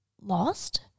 Lost